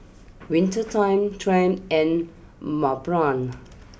Winter time Triumph and Mont Blanc